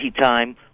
time